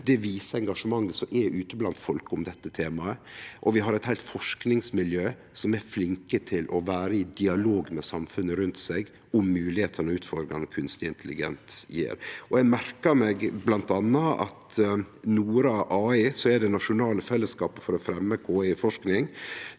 Det viser engasjementet som er ute blant folk om dette temaet. Vi har eit heilt forskingsmiljø som er flinke til å vere i dialog med samfunnet rundt seg om moglegheitene og utfordringane kunstig intelligens gjev. Eg merka meg bl.a. at NORA, som er det nasjonale fellesskapet for å fremje KI-forsking,